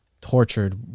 tortured